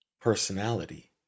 personality